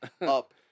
up